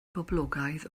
boblogaeth